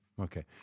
Okay